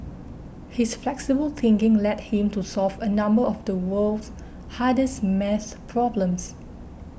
his flexible thinking led him to solve a number of the world's hardest math problems